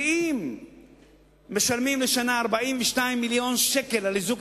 כי אם משלמים לשנה 42 מיליון שקל על איזוק